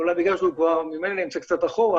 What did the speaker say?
אולי בגלל שהוא ממילא נמצא קצת מאחור,